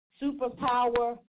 superpower